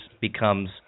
becomes